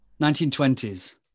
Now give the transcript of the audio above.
1920s